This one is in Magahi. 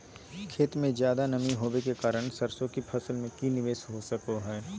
खेत में ज्यादा नमी होबे के कारण सरसों की फसल में की निवेस हो सको हय?